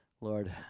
Lord